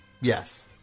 Yes